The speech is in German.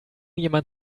jemand